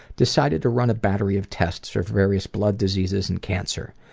decided to run a battery of tests for various blood diseases and cancer.